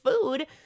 food